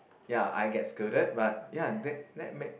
ya I get scolded but ya that that make